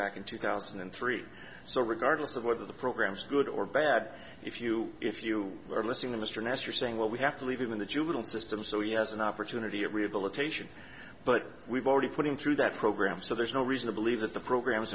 back in two thousand and three so regardless of what the program's good or bad if you if you are listening to mr nestor saying what we have to leave in the juvenile system so yes an opportunity of rehabilitation but we've already put him through that program so there's no reason to believe that the program